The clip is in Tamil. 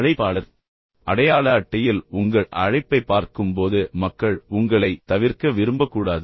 அழைப்பாளர் அடையாள அட்டையில் உங்கள் அழைப்பைப் பார்க்கும்போது மக்கள் உங்களைத் தவிர்க்க விரும்பக்கூடாது